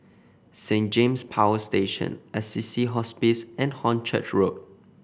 Saint James Power Station Assisi Hospice and Hornchurch Road